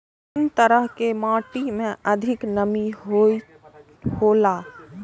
कुन तरह के माटी में अधिक नमी हौला?